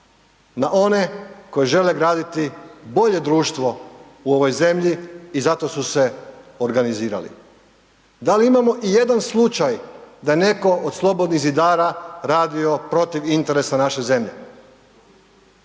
na one koji žele graditi bolje društvo u ovoj zemlji i zato su se organizirali. Da li imamo ijedan slučaj da je netko od slobodnih zidara radio protiv interesa naše zemlje?